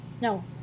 No